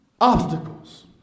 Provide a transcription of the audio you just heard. obstacles